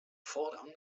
fordern